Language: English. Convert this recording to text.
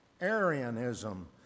Arianism